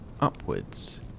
upwards